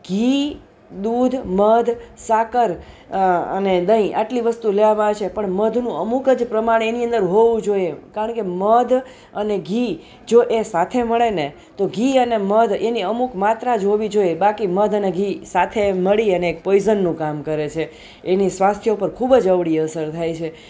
ઘી દૂધ મધ સાકર અ અને દહીં આટલી વસ્તુ લેવામાં આવે છે પણ મધનું અમૂક જ પ્રમાણ એની અંદર હોવું જોઈએ કારણ કે મધ અને ઘી જો એ સાથે મળે ને તો ઘી અને મધ એની અમુક માત્રા જ હોવી જોઈએ બાકી મધ અને ઘી સાથે મળી અને એક પોઈઝનનું કામ કરે છે એની સ્વાસ્થ્ય ઉપર ખૂબ જ અવળી અસર થાય છે